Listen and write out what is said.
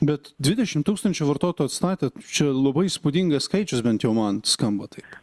bet dvidešimt tūkstančių vartotojų atstatėt čia labai įspūdingas skaičius bent jau man skamba taip